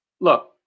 look